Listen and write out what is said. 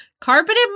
Carpeted